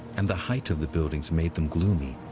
and the height of the buildings made them gloomy.